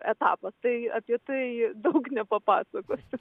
etapas tai apie tai daug nepapasakosiu